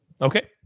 Okay